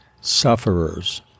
Sufferers